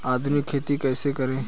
आधुनिक खेती कैसे करें?